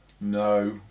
No